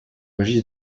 régis